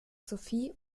sophie